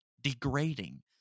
degrading